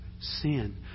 sin